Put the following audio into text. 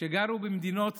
שגרו במדינות